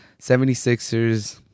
76ers